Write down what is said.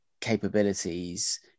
capabilities